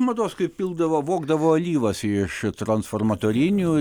mados kai pildavo vogdavo alyvas iš transformatorinių